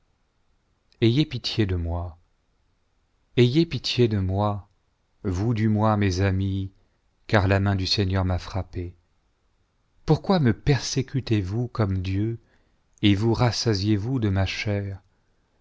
ayez pitié de moi ayez pitié de moi vous du moins mes amis car la main du seigneur m'a frappé pourquoi me persécutez-vous comme dieu bt vous rassasiez-vous de ma chair